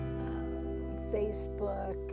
Facebook